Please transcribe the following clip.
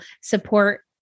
support